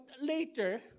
later